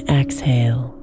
exhale